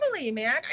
man